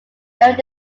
that